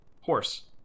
Horse